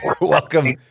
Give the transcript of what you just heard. welcome